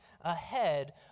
ahead